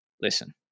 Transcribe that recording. listen